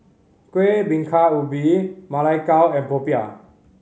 Kueh Bingka Ubi Ma Lai Gao and popiah